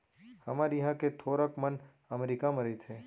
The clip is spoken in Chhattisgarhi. हमर इहॉं के थोरक मन अमरीका म रइथें